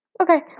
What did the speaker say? Okay